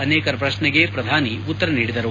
ಅನೇಕರ ಪ್ರಶ್ನೆಗೆ ಪ್ರಧಾನಿ ಉತ್ತರ ನೀಡಿದರು